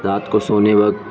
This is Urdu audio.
رات کو سونے وقت